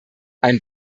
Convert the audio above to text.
ein